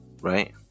right